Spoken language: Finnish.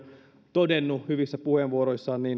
todenneet hyvissä puheenvuoroissaan